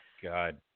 God